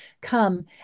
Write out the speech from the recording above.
come